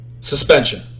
suspension